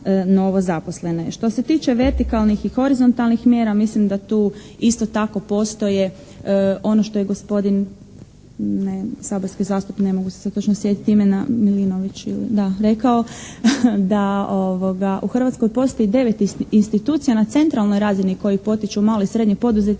Što se tiče vertikalnih i horizontalnih mjera mislim da tu isto tako postoje, ono što je gospodin saborski zastupnik, ne mogu se točno sjetiti imena, Milinović rekao da u Hrvatskoj postoji devet institucija na centralnoj razini koje potiču malo i srednje poduzetništvo